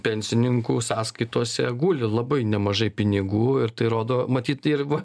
pensininkų sąskaitose guli labai nemažai pinigų ir tai rodo matyt ir ba